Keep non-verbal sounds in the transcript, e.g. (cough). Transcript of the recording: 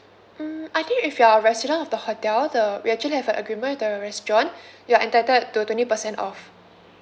mm I think if you're a resident of the hotel the we actually have a agreement with the restaurant (breath) you're entitled to twenty percent off